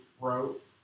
wrote